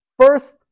first